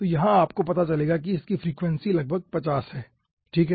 तो यहाँ आपको पता चलेगा कि इसकी फ्रीक्वेंसी लगभग 50 है ठीक है